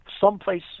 someplace